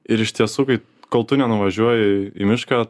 ir iš tiesų kai kol tu nenuvažiuoji į mišką